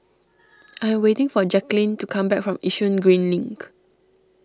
I waiting for Jacquelynn to come back from Yishun Green Link